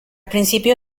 principio